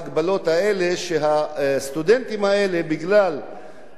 בגלל החוקים האלה,